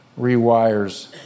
rewires